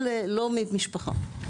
אבל לא ממשפחה.